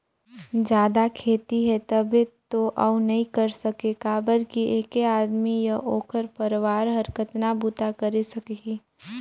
जादा खेती हे तभे तो अउ नइ कर सके काबर कि ऐके आदमी य ओखर परवार हर कतना बूता करे सकही